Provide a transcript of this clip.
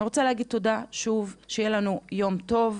אני רוצה להגיד תודה שוב, שיהיה לנו יום טוב,